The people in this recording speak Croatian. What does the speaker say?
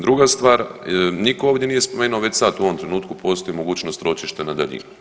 Druga stvar, nitko ovdje nije spomenuo već sad u ovom trenutku postoji mogućnost ročišta na daljinu.